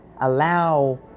allow